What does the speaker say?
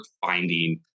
finding